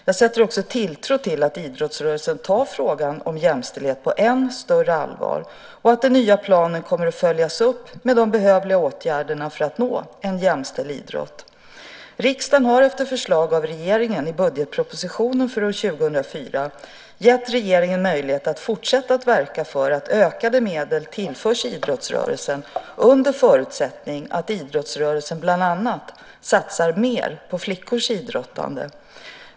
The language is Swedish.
Jag sätter tilltro till att idrottsrörelsen tar frågan om jämställdhet på än större allvar och att den nya planen kommer att följas upp med behövliga åtgärder för att nå en jämställd idrott. Riksdagen har efter förslag av regeringen i budgetpropositionen för 2004 gett regeringen möjlighet att fortsätta att verka för att ökade medel ska tillföras idrottsrörelsen under förutsättning att idrottsrörelsen bland annat satsar mer på flickors idrottande.